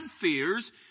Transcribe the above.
fears